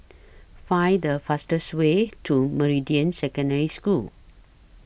Find The fastest Way to Meridian Secondary School